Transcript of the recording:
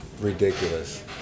Ridiculous